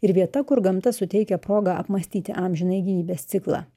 ir vieta kur gamta suteikia progą apmąstyti amžinąjį gyvybės ciklą